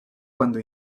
cuando